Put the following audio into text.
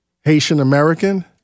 Haitian-American